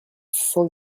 cent